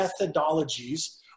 methodologies